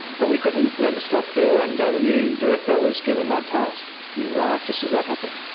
but we couldn't let it stop there, and the new director was given that task, he arrived just as that happened.